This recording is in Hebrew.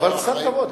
אבל קצת כבוד,